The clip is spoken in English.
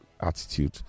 attitude